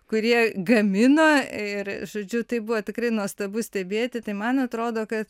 kurie gamina ir žodžiu tai buvo tikrai nuostabu stebėti tai man atrodo kad